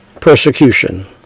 persecution